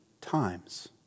times